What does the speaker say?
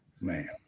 Man